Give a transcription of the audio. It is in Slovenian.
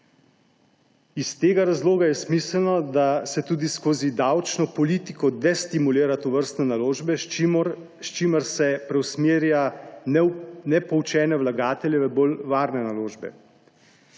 Iz tega razloga je smiselno, da tudi skozi davčno politiko destimulira tovrstne naložbe, s čimer se preusmerja nepoučene vlagatelje v bolj varne naložbe.